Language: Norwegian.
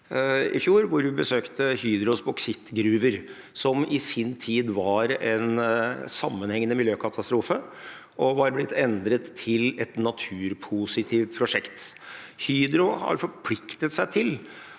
vi besøkte Hydros bauksittgruver, som i sin tid var en sammenhengende miljøkatastrofe og har blitt endret til et naturpositivt prosjekt. Hydro har forpliktet seg til